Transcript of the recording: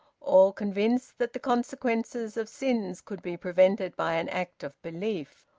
all convinced that the consequences of sins could be prevented by an act of belief,